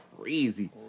crazy